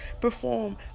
perform